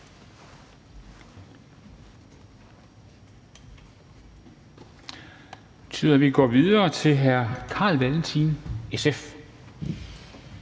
vi går videre til hr. Carl Valentin, SF.